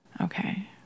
Okay